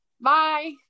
Bye